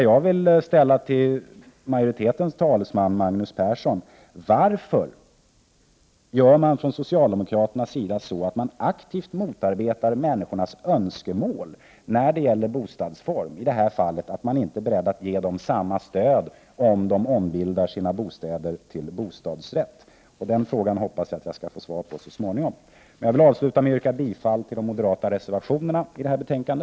Jag vill fråga majoritetens talesman Magnus Persson: Varför motarbetar socialdemokraterna aktivt människors önskemål när det gäller bostadsform, dvs. i detta fall inte vill ge dem som önskar ombilda sina bostäder till bostadsrätt samma stöd som andra? Den frågan hoppas jag så småningom få svar på. Avslutningsvis vill jag yrka bifall till de moderata reservationerna till detta betänkande.